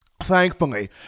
Thankfully